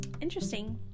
interesting